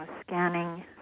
scanning